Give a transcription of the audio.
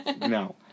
No